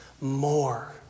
more